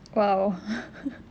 !wow!